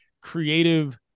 creative